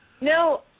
No